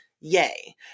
Yay